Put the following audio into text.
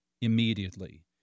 immediately